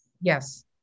Yes